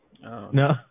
No